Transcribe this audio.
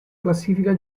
classifica